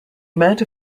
amount